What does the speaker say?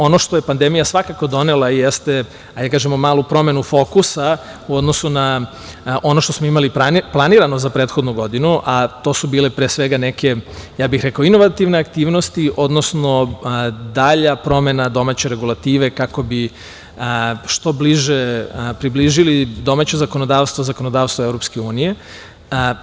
Ono što je pandemija svakako donela jeste, hajde da kažemo, malu promenu fokusa u odnosu na ono što smo imali planirano za prethodnu godinu, a to su bile pre svega neke, rekao bih, inovativne aktivnosti, odnosno dalja promena domaće regulative, kako bi što bliže približili domaće zakonodavstvo zakonodavstvu Evropske unije.